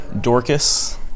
Dorcas